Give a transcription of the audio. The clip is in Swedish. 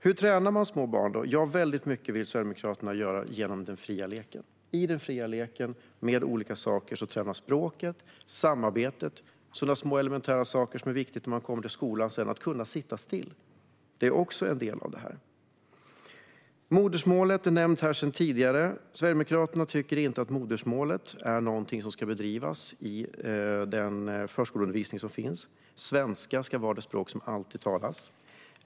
Hur tränar man då små barn? Vi sverigedemokrater vill att det väldigt mycket ska ske genom den fria leken med olika saker som tränar språket och samarbetet. Sådana elementära saker som att kunna sitta still, vilket är viktigt när man sedan börjar skolan, är också en viktig del. Modersmålet har nämnts här tidigare. Sverigedemokraterna tycker inte att modersmålsundervisning är något som ska bedrivas i förskoleundervisningen. Svenska ska vara det språk som alltid talas.